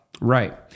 right